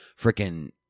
Freaking